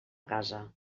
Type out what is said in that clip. casa